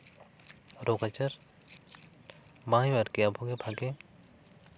ᱨᱳᱜᱽ ᱟᱡᱟᱨ ᱵᱟᱝ ᱦᱩᱭᱩᱜᱼᱟ ᱟᱨᱠᱤ ᱟᱵᱚᱜᱮ ᱵᱷᱟᱜᱮ